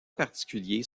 particuliers